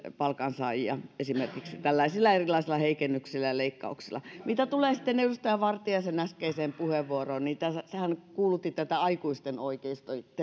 palkansaajia esimerkiksi tällaisilla erilaisilla heikennyksillä ja leikkauksilla mitä tulee sitten edustaja vartiaisen äskeiseen puheenvuoroon niin sehän kuulutti tätä aikuisten oikeesti